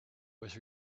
was